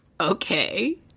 Okay